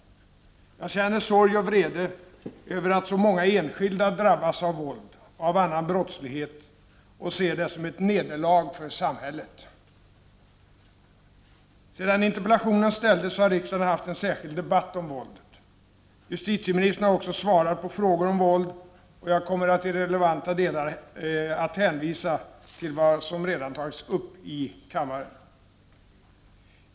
Jag känner sorg och vrede över att så många enskilda drabbas av våld och av annan brottslighet och ser det som ett nederlag för samhället. Sedan interpellationen ställdes har riksdagen haft en särskild debatt om våldet. Justitieministern har också svarat på frågor om våld, och jag kommer i relevanta delar att hänvisa till vad som redan tagits upp i kammaren.